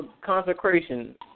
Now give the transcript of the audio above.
consecration